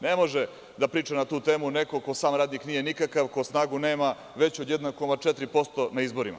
Ne može da priča na tu temu neko ko sam radnik nije nikakav, ko snagu nema, veću od 1,4% na izborima.